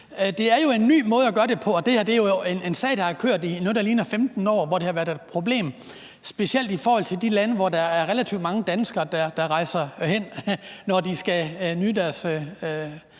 det er jo en ny måde at gøre det på. Det her er en sag, der har kørt i noget, der ligner 15 år, hvor det har været et problem, specielt i forhold til de lande, hvor der er relativt mange danskere, der rejser hen, når de skal nyde deres